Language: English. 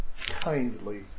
kindly